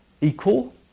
equal